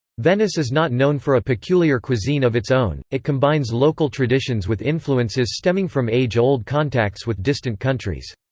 venice is not known for a peculiar cuisine of its own it combines local traditions with influences stemming from age-old contacts with distant countries.